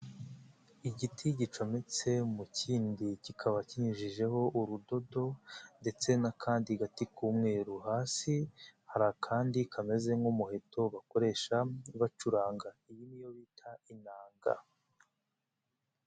Igiti gicometse mu kindi, kikaba kiyinjijeho urudodo ndetse n'akandi gati k'umweru, hasi hari akandi kameze nk'umuheto bakoresha bacuranga, iyi ni yo bita inanga.